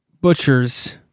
butchers